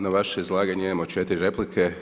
Na vaše izlaganje imamo 4 replike.